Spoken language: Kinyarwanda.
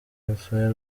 urufaya